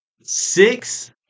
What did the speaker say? six